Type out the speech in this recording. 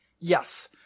Yes